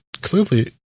clearly